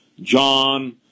John